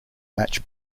match